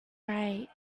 right